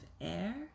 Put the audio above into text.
air